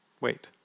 Wait